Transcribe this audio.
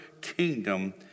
kingdom